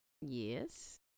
Yes